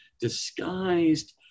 disguised